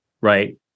right